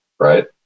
right